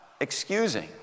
excusing